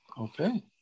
Okay